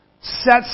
sets